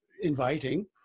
inviting